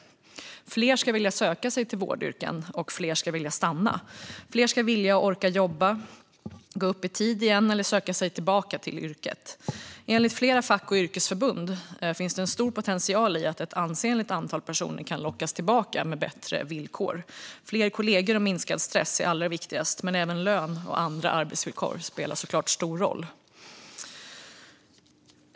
Fler ska vilja söka sig till vårdyrken, och fler ska vilja stanna. Fler ska vilja och orka jobba, gå upp i tid igen eller söka sig tillbaka till yrket. Enligt flera fack och yrkesförbund finns det en stor potential i att ett ansenligt antal personer kan lockas tillbaka med bättre villkor. Fler kollegor och minskad stress är allra viktigast, men även lön och andra arbetsvillkor spelar såklart stor roll.